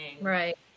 Right